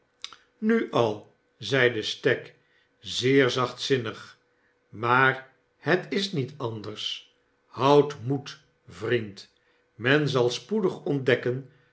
nu al zeide stagg zeer zachtzinnig maar het is met anders houd moed vriend men zal spoedig ontdekken